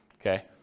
Okay